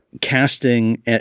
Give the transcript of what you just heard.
casting